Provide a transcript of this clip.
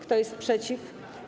Kto jest przeciw?